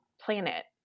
planet